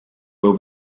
will